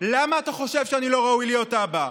למה אתה חושב שאני לא ראוי להיות אבא?